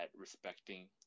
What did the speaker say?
respecting